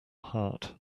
heart